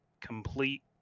complete